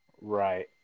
right